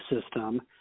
system